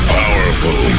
powerful